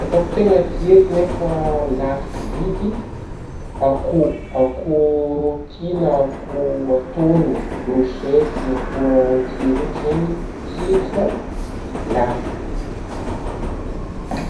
Sakafo tiako nefa lafo vidy akoho, akoho rôty na akoho atogno ,brôsety ,akoho zegny tiako fa lafo.